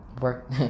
work